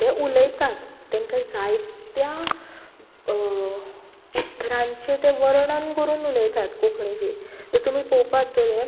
ते उलयतात तेंका जायत्या उतरांचे ते वर्णन करून उलयतात कोंकणीची जर तुमी पळोवपाक गेले